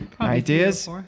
ideas